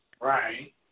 Right